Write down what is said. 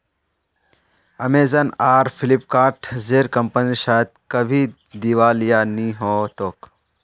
Amazon आर Flipkart जेर कंपनीर शायद कभी दिवालिया नि हो तोक